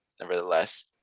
nevertheless